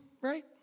right